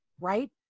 right